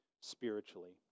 spiritually